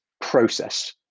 process